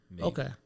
Okay